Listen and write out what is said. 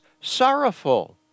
sorrowful